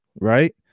right